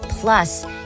Plus